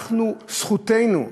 זכותנו,